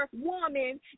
woman